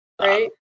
right